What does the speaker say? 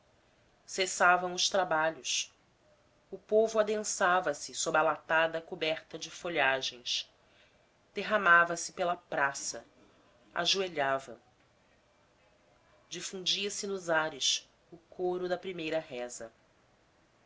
cessavam os trabalhos o povo adensava se sob a latada coberta de folhagens derramava-se pela praça ajoelhava difundia se nos ares o coro do primeira reza